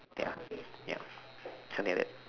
ya ya something like that